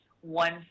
one